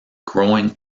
growing